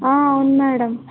అవును మేడం